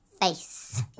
face